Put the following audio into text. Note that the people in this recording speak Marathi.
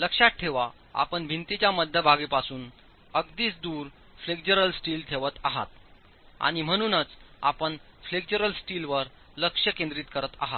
लक्षात ठेवा आपणभिंतीच्या मध्यभागीपासून अगदीच दूरफ्लेक्चरल स्टीलठेवत आहातआणि म्हणूनच आपण फ्लेक्चरल स्टीलवर लक्ष केंद्रित करत आहात